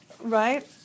right